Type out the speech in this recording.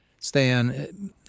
Stan